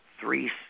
three